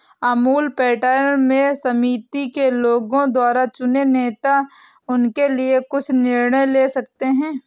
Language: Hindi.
अमूल पैटर्न में समिति के लोगों द्वारा चुने नेता उनके लिए कुछ निर्णय ले सकते हैं